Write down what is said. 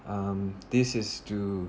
um this is to